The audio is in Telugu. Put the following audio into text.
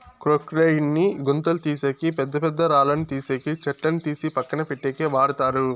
క్రొక్లేయిన్ ని గుంతలు తీసేకి, పెద్ద పెద్ద రాళ్ళను తీసేకి, చెట్లను తీసి పక్కన పెట్టేకి వాడతారు